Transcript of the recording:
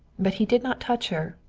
but he did not touch her,